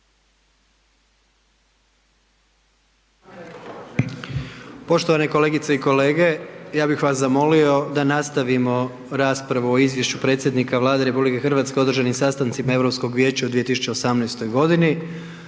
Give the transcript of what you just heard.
Poštovane kolegice i kolege, ja bih vas zamolio da nastavimo raspravu o izvješću predsjednika Vlade RH o održanim sastancima Europskog vijeća u 2018. g.